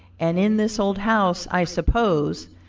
and in this old house i suppose,